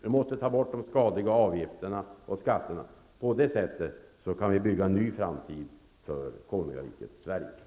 Vi måste ta bort de skadliga avgifterna och skatterna. På det sättet kan vi bygga en ny framtid för konungariket Sverige.